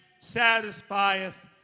satisfieth